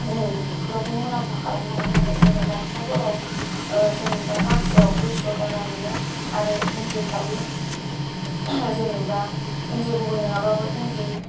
जों बिफोरावबो मुलाम्फा खालामनो हायो आरो जेरै गामसाफोराव जेनेबा गांसेयाव दुइस' थाखा मोनो आरो इन्दि फालि जेनेबा इन्दि गुबै नङाबाबो इन्दि